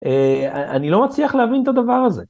‫אני לא מצליח להבין את הדבר הזה.